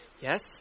Yes